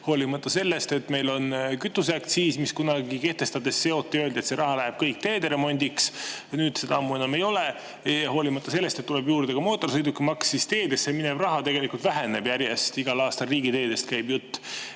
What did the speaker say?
graafikuid. Meil on kütuseaktsiis, mille kohta kunagi kehtestades öeldi, et see raha läheb kõik teede remondiks. Nüüd seda seost ammu enam ei ole. Hoolimata sellest, et tuleb juurde ka mootorsõidukimaks, teedesse minev raha tegelikult väheneb järjest igal aastal. Riigiteedest käib jutt.